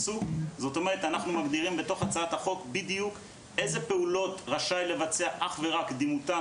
הגדרנו איזה פעולות רשאי לבצע אך ורק דימותן